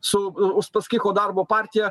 su uspaskicho darbo partija